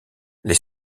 les